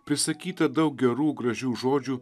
prisakyta daug gerų gražių žodžių